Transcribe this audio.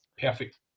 Perfect